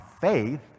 faith